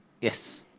Yes